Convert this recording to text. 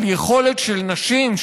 על יכולת של נשים,